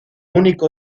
único